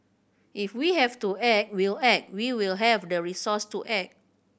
if we have to act we'll act we will have the resource to act